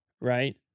Right